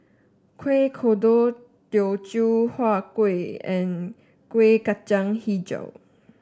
Kuih Kodok Teochew Huat Kuih and Kuih Kacang hijau